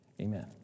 Amen